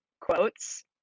quotes